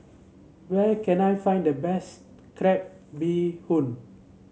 where can I find the best Crab Bee Hoon